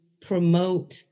promote